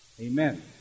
Amen